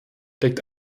deckt